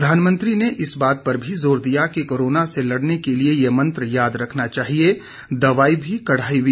प्रधानमंत्री ने इस बात पर भी जोर दिया कि कोरोना से लड़ने के ये मंत्र याद रखना चाहिए दवाई भी कड़ाई भी